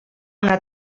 una